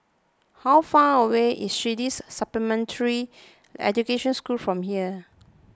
how far away is Swedish Supplementary Education School from here